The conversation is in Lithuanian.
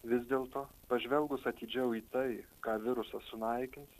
vis dėlto pažvelgus atidžiau į tai ką virusas sunaikins